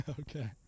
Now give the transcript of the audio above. Okay